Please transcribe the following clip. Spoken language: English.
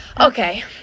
Okay